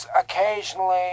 occasionally